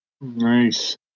nice